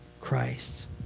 Christ